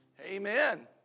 Amen